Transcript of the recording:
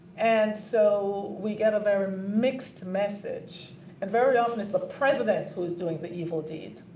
and so we get a very mixed message and very often, it's the president who's doing the evil deed,